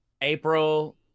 April